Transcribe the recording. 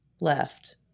left